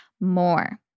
more